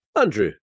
Andrew